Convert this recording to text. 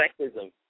sexism